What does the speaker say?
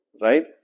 right